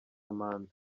manda